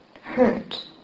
hurt